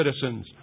citizens